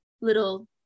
little